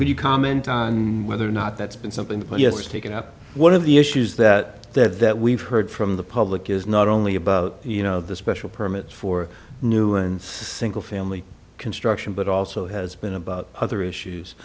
could you comment on whether or not that's been something yes is taken up one of the issues that that that we've heard from the public is not only about you know the special permit for new and single family construction but also has been about other issues